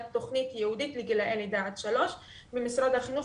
תוכנית ייעודית לגילאי לידה עד שלוש במשרד החינוך